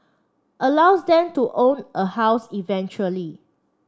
allows them to own a house eventually